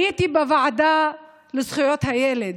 כשהייתי בוועדה לזכויות הילד